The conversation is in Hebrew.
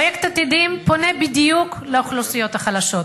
פרויקט "עתידים" פונה בדיוק לאוכלוסיות החלשות,